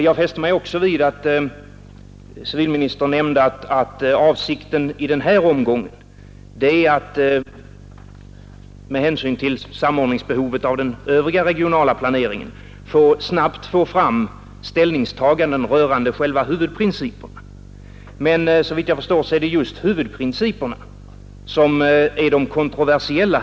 Jag fäste mig också vid att civilministern nämnde att avsikten i denna omgång är att med hänsyn till behovet av samordning med den övriga regionala planeringen snabbt få fram ställningstaganden rörande själva huvudprinciperna. Men såvitt jag förstår är det just huvudprinciperna som är kontroversiella.